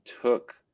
took